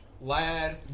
Lad